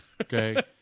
okay